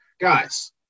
Guys